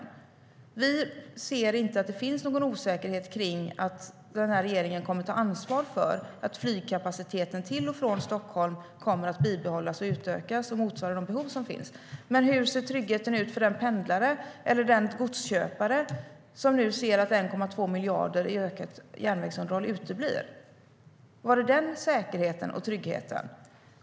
Vi ser inte att det finns någon osäkerhet kring att den här regeringen kommer att ta ansvar för att flygkapaciteten till och från Stockholm kommer att bibehållas, utökas och motsvara de behov som finns. Men hur ser tryggheten ut för den pendlare eller den godsköpare som nu ser att 1,2 miljarder i ökat järnvägsunderhåll uteblir? Var finns den säkerheten och tryggheten?